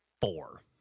four